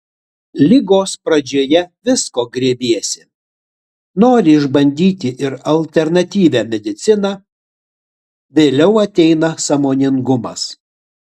ligos pradžioje visko grėbiesi nori išbandyti ir alternatyvią mediciną vėliau ateina sąmoningumas